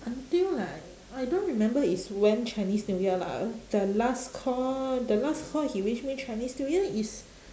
until like I don't remember is when chinese new year lah the last call the last call he wish me chinese new year is